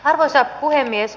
arvoisa puhemies